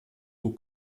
aux